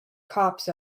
cops